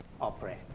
operate